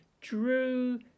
drew